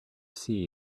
see